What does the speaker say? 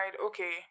okay